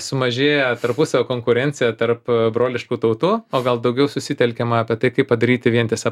sumažėja tarpusavio konkurencija tarp broliškų tautų o gal daugiau susitelkiama apie tai kaip padaryti vientisą